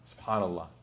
SubhanAllah